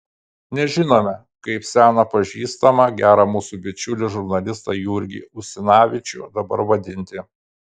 nežinome kaip seną pažįstamą gerą mūsų bičiulį žurnalistą jurgį usinavičių dabar vadinti